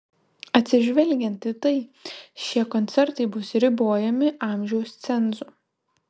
atsižvelgiant į tai šie koncertai bus ribojami amžiaus cenzu